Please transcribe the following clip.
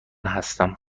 هستم